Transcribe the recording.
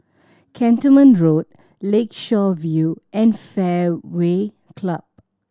Cantonment Road Lakeshore View and Fairway Club